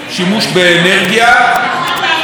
למדינת ישראל.